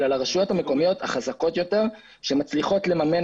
אלא לרשויות המקומיות החזקות יותר שמצליחות לממן